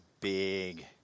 big